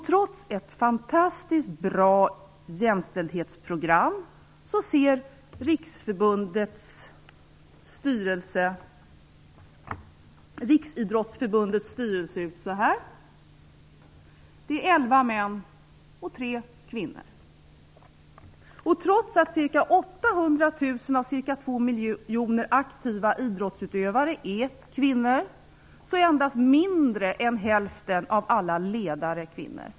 Trots ett fantastiskt bra jämställdhetsprogram sitter det i Riksidrottsförbundets styrelse 11 män och 3 kvinnor. Och trots att ca 800 000 av ca 2 miljoner aktiva idrottsutövare är kvinnor är endast mindre än hälften av alla ledare kvinnor.